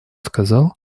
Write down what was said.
сказал